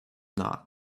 not